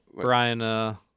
Brian –